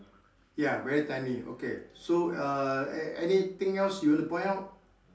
ya very tiny okay so err anything else you want to point out